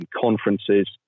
conferences